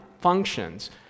functions